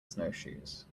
snowshoes